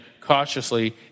cautiously